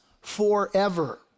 forever